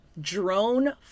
drone